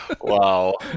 Wow